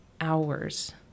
hours